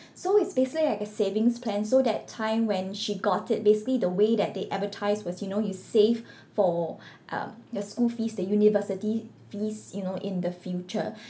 so it's basically like a savings plan so that time when she got it basically the way that they advertise was you know you save for um your school fees the university fees you know in the future